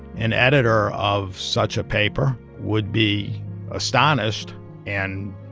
an editor of such a paper would be astonished and,